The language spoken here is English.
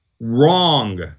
wrong